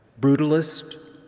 brutalist